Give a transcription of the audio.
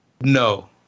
No